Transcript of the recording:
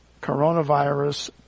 coronavirus